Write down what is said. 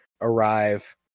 arrive